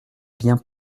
bien